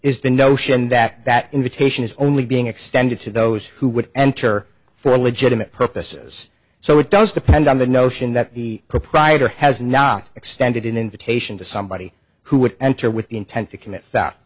is the notion that that invitation is only being extended to those who would enter for legitimate purposes so it does depend on the notion that the proprietor has not extended an invitation to somebody who would enter with the intent to commit dou